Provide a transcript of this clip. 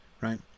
right